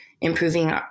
improving